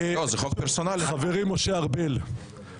חברי משה ארבל,